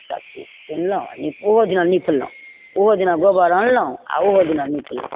आओर सबचीज सुनलहुँ आओर ओहो दीना निपलहुँ ओहो दीना गोबर आनलहुँ आओर ओहो दीना निपलहुँ